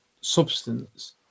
substance